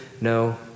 No